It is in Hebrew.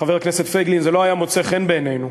חבר הכנסת פייגלין, זה לא היה מוצא חן בעינינו,